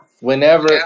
Whenever